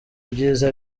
ibyiza